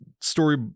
story